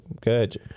Good